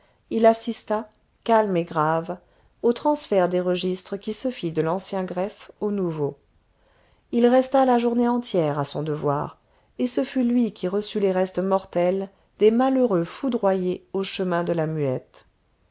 il assista calme et grave au transfert des registres qui se fit de l'ancien greffe au nouveau il resta la journée entière à son devoir et ce fut lui qui reçut les restes mortels des malheureux foudroyés au chemin de la muette